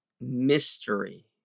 Mystery